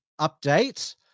update